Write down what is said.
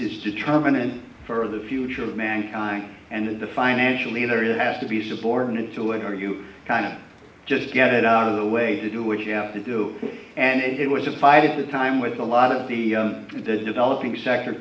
is determinant for the future of mankind and in the financial either it has to be subordinate to it or you kind of just get it out of the way to do what you have to do and it was a fight at the time with a lot of the developing sector